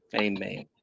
Amen